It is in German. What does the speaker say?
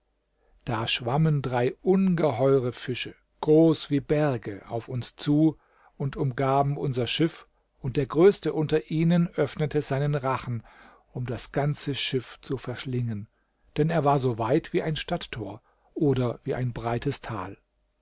da schwammen drei ungeheuere fische groß wie berge auf uns zu und umgaben unser schiff und der größte unter ihnen öffnete seinen rachen um das ganze schiff zu verschlingen denn er war so weit wie ein stadttor oder wie ein breites tal